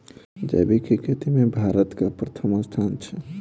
जैबिक खेती मे भारतक परथम स्थान छै